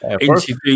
interview